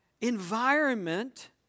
environment